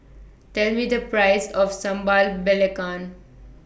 Tell Me The Price of Sambal Belacan